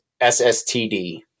SSTD